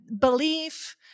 belief